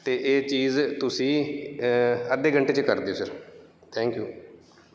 ਅਤੇ ਇਹ ਚੀਜ਼ ਤੁਸੀਂ ਅੱਧੇ ਘੰਟੇ 'ਚ ਕਰ ਦਿਓ ਸਰ ਥੈਂਕ ਯੂ